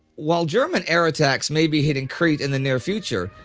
while german air attacks may be hitting crete in the near future,